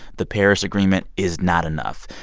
the paris agreement is not enough.